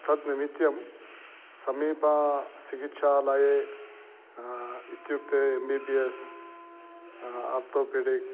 तद् निमित्तं समीपा चिकित्सालये इत्युक्ते M B B S orthopaedic